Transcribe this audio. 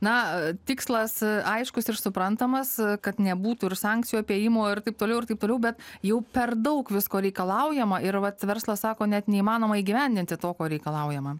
na tikslas aiškus ir suprantamas kad nebūtų ir sankcijų apėjimų ir taip toliau ir taip toliau bet jau per daug visko reikalaujama ir vat verslas sako net neįmanoma įgyvendinti to ko reikalaujama